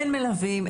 אין מלווים,